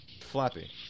Flappy